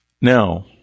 now